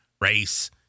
race